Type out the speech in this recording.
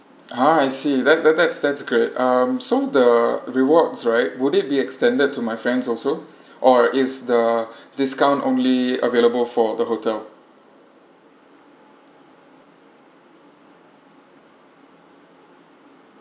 ah I see that that that's that's great um so the rewards right would it be extended to my friends also or is the discount only available for the hotel